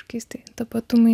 keisti tapatumai